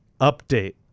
update